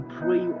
pray